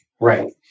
Right